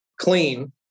clean